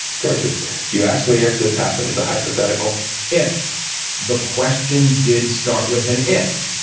torture you asked me if this happened it's a hypothetical if the question did start with an f.